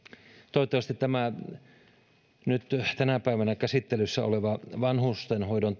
toivottavasti tämä nyt tänä päivänä käsittelyssä oleva vanhustenhoidon